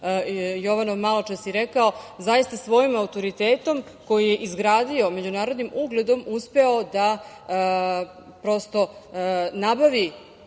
Jovanov maločas i rekao, zaista svojim autoritetom koji je izgradio međunarodnim ugledom uspeo da prosto nabavi,